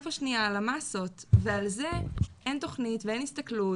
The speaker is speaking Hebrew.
אין תוכנית, ואין הסתכלות,